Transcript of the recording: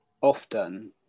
often